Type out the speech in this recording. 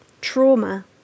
Trauma